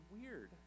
weird